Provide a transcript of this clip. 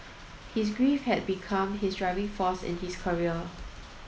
his grief had become his driving force in his career